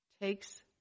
takes